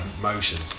motions